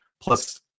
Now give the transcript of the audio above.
plus